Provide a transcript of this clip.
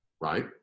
Right